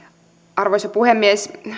arvoisa puhemies